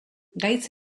gaitz